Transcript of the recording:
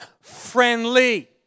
friendly